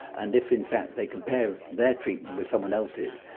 and if in fact they compare their treatment with someone else's,